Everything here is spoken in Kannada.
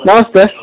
ನಮಸ್ತೆ